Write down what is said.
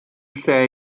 lle